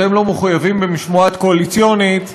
אתם לא מחויבים במשמעת קואליציונית,